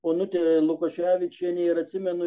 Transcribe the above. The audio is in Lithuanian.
onutė lukoševičienė ir atsimenu